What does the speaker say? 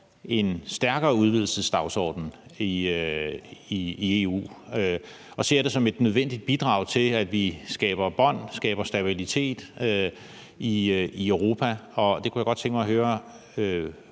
en stærkere udvidelsesdagsorden i EU og ser det som et nødvendigt bidrag til, at vi skaber bånd, skaber stabilitet i Europa. Det kunne jeg godt tænke mig at høre